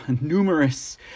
numerous